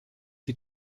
sie